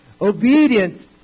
obedient